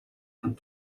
and